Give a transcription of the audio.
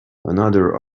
another